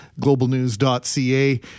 globalnews.ca